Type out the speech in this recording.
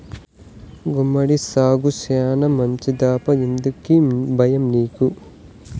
గుమ్మడి సాగు శానా మంచిదప్పా ఎందుకీ బయ్యం నీకు